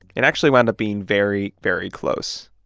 it actually wound up being very, very close.